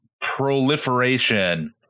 proliferation